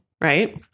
right